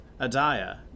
Adiah